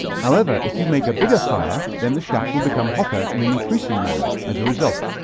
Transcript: however, if you make a bigger fire then the shack will become hotter in an increasing manner as a result.